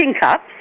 cups